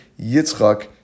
Yitzchak